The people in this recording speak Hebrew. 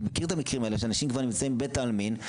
אתה מכיר את המקרים האלה שאנשים כבר נמצאים בבית העלמין,